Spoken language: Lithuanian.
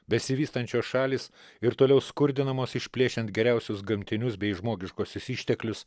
besivystančios šalys ir toliau skurdinamos išplėšiant geriausius gamtinius bei žmogiškuosius išteklius